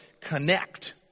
connect